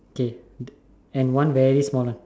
okay and one very small